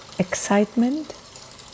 Excitement